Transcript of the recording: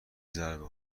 ضربه